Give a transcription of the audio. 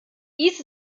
dies